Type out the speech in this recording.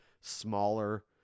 smaller